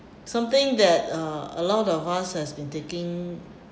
something that uh a lot of us has been taking